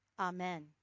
Amen